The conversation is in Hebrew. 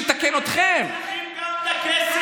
שיכול להוביל אותנו במצבים קשים, על מי אני סומך.